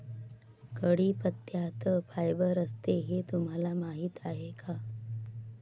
कढीपत्त्यात फायबर असते हे तुम्हाला माहीत आहे का?